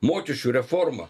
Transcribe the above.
mokesčių reforma